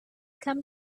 come